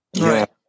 right